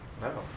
No